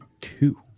two